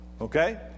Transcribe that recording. okay